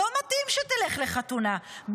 לא מתאים שתלך לחתונה,